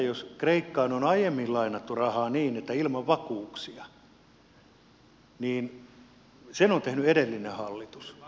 jos kreikkaan on aiemmin lainattu rahaa ilman vakuuksia sen on tehnyt edellinen hallitus